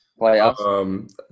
Playoffs